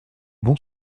bon